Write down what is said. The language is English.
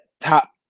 top